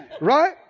Right